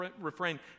refrain